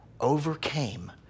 overcame